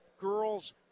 girls